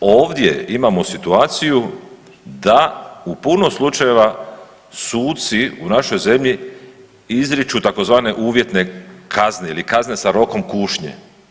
Dakle, ovdje imamo situaciju da u puno slučajeva suci u našoj zemlji izriču tzv. uvjetne kazne ili kazne sa rokom kušnje.